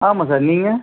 ஆமாம் சார் நீங்கள்